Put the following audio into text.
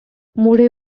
moore